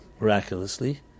miraculously